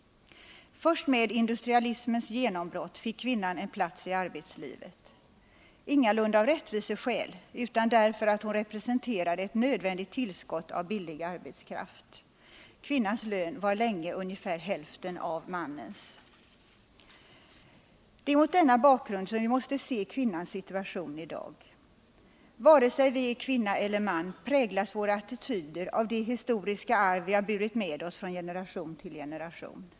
Först med industrialismens genombrott fick kvinnan en plats i arbetslivet, ingalunda av rättviseskäl utan därför att hon representerade ett nödvändigt tillskott av billig arbetskraft. Kvinnans lön var länge ungefär hälften av mannens. Det är mot denna bakgrund vi måste se kvinnans situation i dag. Vare sig vi är kvinnor eller män präglas våra attityder av det historiska arv vi har burit med oss från generation till generation.